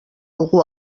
algú